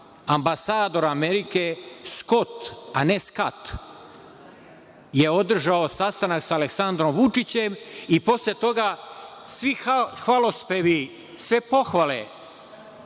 ambasador Amerike, Skot a ne Skat, je održao sastanak sa Aleksandrom Vučićem i posle toga svi hvalospevi, sve pohvale